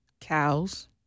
cows